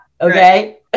Okay